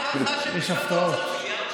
מה ההערכה של משרד האוצר, מיליארד